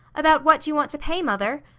about what do you want to pay, mother?